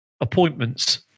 appointments